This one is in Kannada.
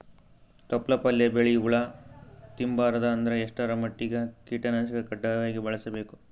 ತೊಪ್ಲ ಪಲ್ಯ ಬೆಳಿ ಹುಳ ತಿಂಬಾರದ ಅಂದ್ರ ಎಷ್ಟ ಮಟ್ಟಿಗ ಕೀಟನಾಶಕ ಕಡ್ಡಾಯವಾಗಿ ಬಳಸಬೇಕು?